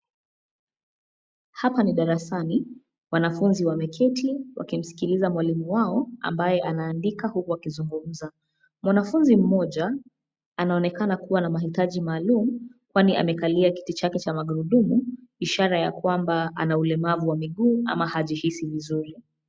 Hapa ni darasani, wanafunzi wameketi, wakimusikiliza mwalimu wao, ambaye anaandika huku akizungumuza. Mwanafunzi mmoja, anaonekana kuwa na mahitaji maluumu, kwani amekalia kiti chake cha magurudumu, ishara ya kwamba ana ulemavu wa miguu, ama hajihisi vizuri.